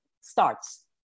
starts